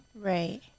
Right